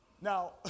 Now